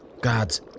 Guards